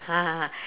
ah